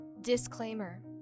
Disclaimer